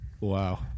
Wow